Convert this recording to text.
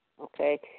Okay